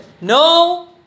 No